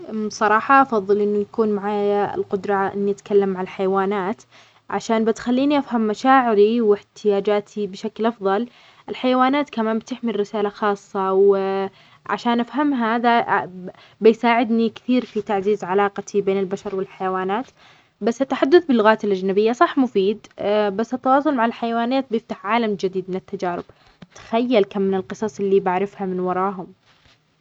أفضل أن يكون عندي القدرة على التحدث بكل اللغات الأجنبية. السبب هو أنني أقدر أتواصل مع الناس من جميع أنحاء العالم وأفهم ثقافاتهم المختلفة. هذا يفتح لي أبواب كثيرة للتعلم والتعاون، ويزيد من قدرتي على فهم العالم بشكل أوسع.